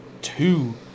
two